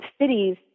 cities